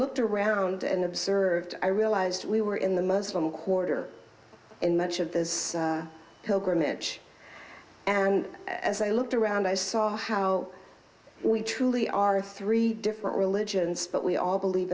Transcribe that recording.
looked around and observed i realized we were in the muslim quarter in much of the pilgrimage and as i looked around i saw how we truly are three different religions but we all believe